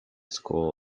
school